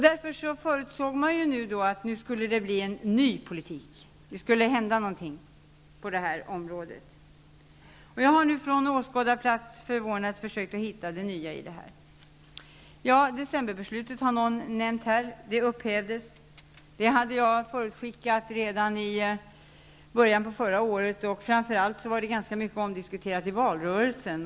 Därför förutsåg vi att det skulle bli en ny politik, att det skulle hända någonting på det här området. Jag har nu från åskådarplats försökt hitta det nya. Det har nämnts att decemberbeslutet har upphävts. Det hade jag förutskickat redan i början av förra året. Framför allt var det mycket omdiskuterat i valrörelsen.